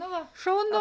nu va šaunu